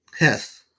Yes